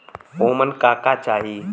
ओमन का का चाही?